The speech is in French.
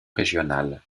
régionale